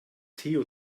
theo